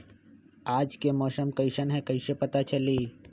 आज के मौसम कईसन हैं कईसे पता चली?